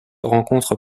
rencontre